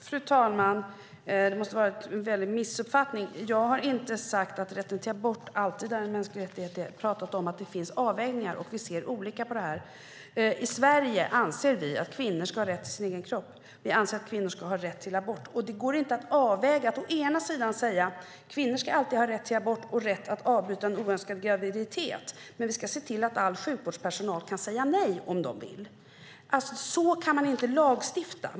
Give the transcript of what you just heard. Fru talman! Det måste vara en missuppfattning. Jag har inte sagt att rätten till abort alltid är en mänsklig rättighet. Jag har talat om att det finnas avvägningar och att vi ser olika på detta. I Sverige anser vi att kvinnor ska ha rätt till sin egen kropp. Vi anser att kvinnor ska ha rätt till abort. Det går inte att å ena sidan säga att kvinnor alltid ska ha rätt till abort och rätt att avbryta en oönskad graviditet och å andra sidan säga att man ska se till att all sjukvårdspersonal kan säga nej om de vill. Så kan man inte lagstifta.